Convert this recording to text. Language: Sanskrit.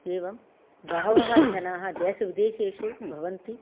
एवं बहवः जनाः देशविदेशेषु भवन्ति